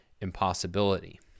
impossibility